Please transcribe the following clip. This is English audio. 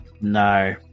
No